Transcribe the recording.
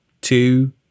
two